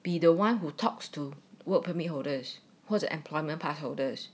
be the [one] who talks to work permit holders 或者 employment pass holders